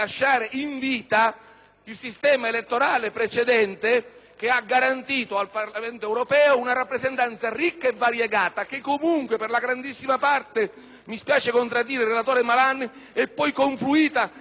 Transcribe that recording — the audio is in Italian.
il sistema elettorale precedente che ha garantito al Parlamento europeo una rappresentanza ricca e variegata che, comunque, per la grandissima parte - mi spiace contraddire il relatore Malan - è poi confluita nelle grandi famiglie del